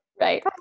Right